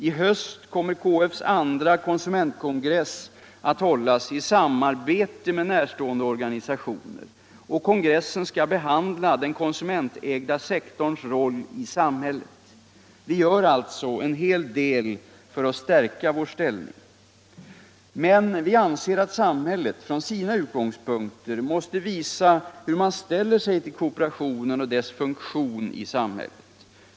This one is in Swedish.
I höst kommer KF:s andra konsumentkongress att hållas i samarbete med närstående organisationer. Kongressen skall behandla den konsumentägda sektorns roll i samhället. Vi gör alltså en hel del för att stärka vår ställning. Men vi anser att samhället från sina utgångspunkter måste visa hur man ställer sig till kooperationen och dess funktion i samhället.